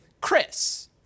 Chris